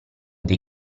dei